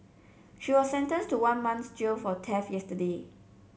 she was sentenced to one month's jail for yesterday